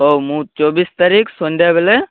ହଉ ମୁଁ ଚବିଶ ତାରିଖ ସନ୍ଧ୍ୟାବେଳେ